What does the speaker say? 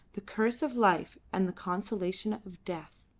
the curse of life and the consolation of death.